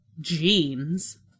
jeans